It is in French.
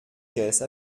caisse